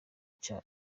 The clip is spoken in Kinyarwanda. cya